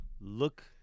look